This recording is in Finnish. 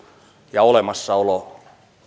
ja olemassaolo